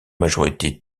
majorité